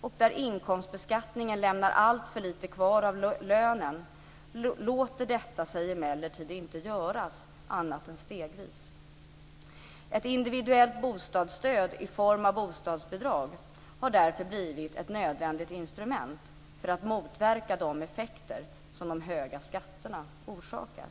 och där inkomstbeskattningen lämnar alltför lite kvar av lönen låter detta sig emellertid inte göras annat än stegvis. Ett individuellt bostadsstöd i form av bostadsbidrag har därför blivit ett nödvändigt instrument för att motverka de effekter som de höga skatterna orsakar.